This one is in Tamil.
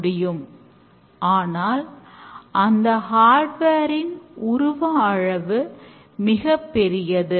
இங்கே நாம் பார்த்தோம் என்றால் இது தத்துவார்த்தமாகவும் தோன்றும்